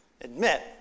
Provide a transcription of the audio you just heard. admit